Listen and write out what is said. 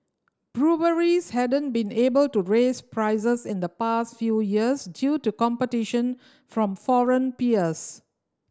breweries hadn't been able to raise prices in the past few years due to competition from foreign peers